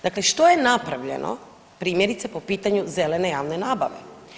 Dakle, što je napravljeno primjerice po pitanju zelene javne nabave?